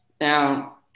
now